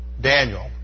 Daniel